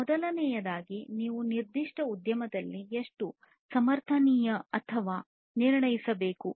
ಮೊದಲನೆಯದಾಗಿ ನೀವು ನಿರ್ದಿಷ್ಟ ಉದ್ಯಮದಲ್ಲಿ ಎಷ್ಟು ಸಮರ್ಥನೀಯ ಎಂದು ನಿರ್ಣಯಿಸಬೇಕು